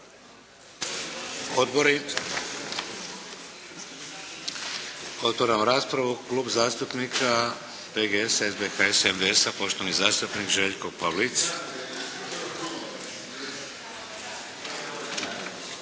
Odbori? Otvaram raspravu. Klub zastupnika PGS-a, SBHS-a i MBS-a, poštovani zastupnik Željko Pavlic.